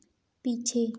पीछे